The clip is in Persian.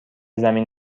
زمین